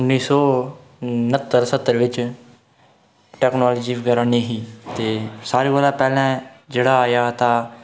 उन्नी सौ न्हत्तर स्हत्तर बिच टेक्नोलाॅज़ी बगैरा नेईं ही ते सारें कोला पैह्लें जेह्ड़ा आया ता